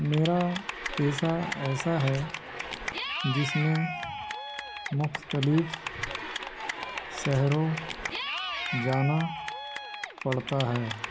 میرا پیسہ ایسا ہے جس میں مختلف سہروں جانا پڑتا ہے